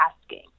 asking